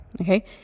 Okay